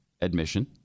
admission